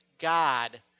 God